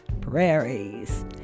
prairies